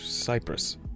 Cyprus